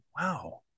Wow